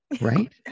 Right